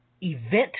event